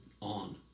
on